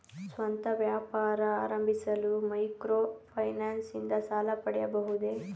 ಸ್ವಂತ ವ್ಯಾಪಾರ ಆರಂಭಿಸಲು ಮೈಕ್ರೋ ಫೈನಾನ್ಸ್ ಇಂದ ಸಾಲ ಪಡೆಯಬಹುದೇ?